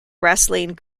wrestling